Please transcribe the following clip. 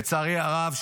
לצערי הרב,